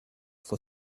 for